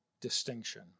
distinction